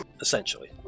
essentially